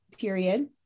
period